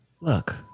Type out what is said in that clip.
Look